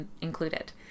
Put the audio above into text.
included